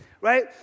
Right